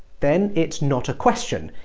then it's not a question,